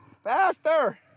Faster